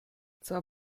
zwar